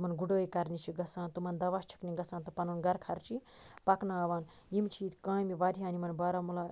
تِمَن گُڑٲے کَرنہِ چھِ گَژھان تِمَن دَوا چھَکنہِ گَژھان تہٕ پَنُن گَرٕ خَرچہِ پَکناوان یِم چھِ ییٚتہِ کامہِ واریاہَن یِمَن بارامُلا